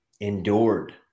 Endured